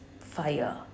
fire